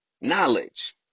knowledge